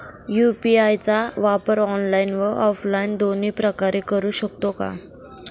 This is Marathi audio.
यू.पी.आय चा वापर ऑनलाईन व ऑफलाईन दोन्ही प्रकारे करु शकतो का?